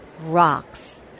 rocks